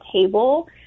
table